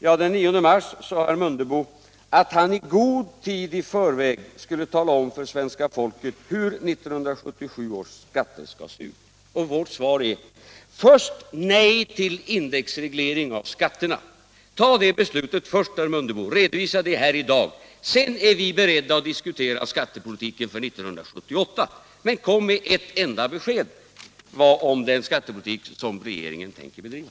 Ja, den 9 mars sade herr Mundebo att han i god tid i förväg skulle tala om för svenska folket hur 1977 års skatter skall se ut. Vårt svar är: Först nej till indexreglering av skatterna. Ta det beslutet först, herr Mundebo! Redovisa det här i dag! Sedan är vi beredda att diskutera skattepolitiken för 1978. Men kom med ett enda besked om den skattepolitik regeringen tänker bedriva!